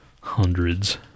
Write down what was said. Hundreds